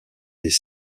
des